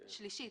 שלישית,